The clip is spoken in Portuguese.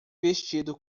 vestido